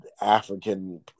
African